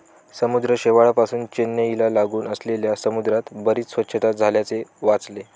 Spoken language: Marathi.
समुद्र शेवाळापासुन चेन्नईला लागून असलेल्या समुद्रात बरीच स्वच्छता झाल्याचे वाचले